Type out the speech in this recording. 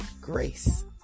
grace